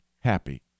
Happy